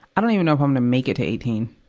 i don't even know if i'm gonna make it to eighteen.